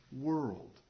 world